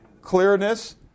clearness